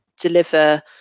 deliver